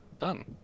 done